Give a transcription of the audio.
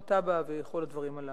תב"ע וכל הדברים הללו.